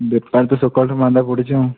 ବେପାର ତ ସକାଳଠୁ ମାନ୍ଦା ପଡ଼ିଛି ଆଉ